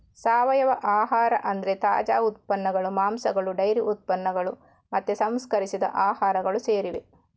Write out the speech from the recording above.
ಸಾವಯವ ಆಹಾರ ಅಂದ್ರೆ ತಾಜಾ ಉತ್ಪನ್ನಗಳು, ಮಾಂಸಗಳು ಡೈರಿ ಉತ್ಪನ್ನಗಳು ಮತ್ತೆ ಸಂಸ್ಕರಿಸಿದ ಆಹಾರಗಳು ಸೇರಿವೆ